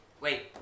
Wait